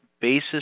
basis